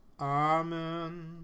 Amen